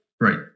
Right